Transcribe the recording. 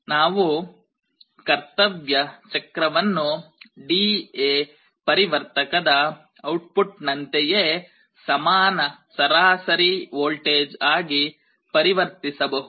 ನಾವು ಕರ್ತವ್ಯ ಚಕ್ರವನ್ನು ಡಿ ಎ ಪರಿವರ್ತಕದ ಔಟ್ಪುಟ್ನಂತೆಯೇ ಸಮಾನ ಸರಾಸರಿ ವೋಲ್ಟೇಜ್ ಆಗಿ ಪರಿವರ್ತಿಸಬಹುದು